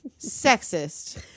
Sexist